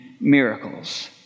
miracles